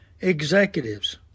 executives